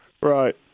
Right